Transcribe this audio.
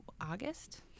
August